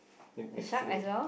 next next to the